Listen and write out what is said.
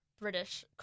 British